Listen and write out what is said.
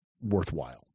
worthwhile